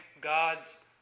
God's